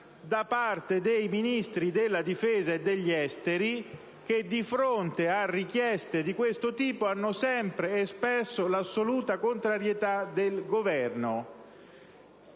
da parte dei Ministri della difesa e degli affari esteri che, di fronte a richieste di questo tipo, hanno sempre espresso l'assoluta contrarietà del Governo,